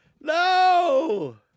No